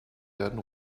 werden